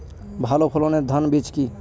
ভালো ফলনের ধান বীজ কি?